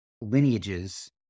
lineages